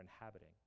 inhabiting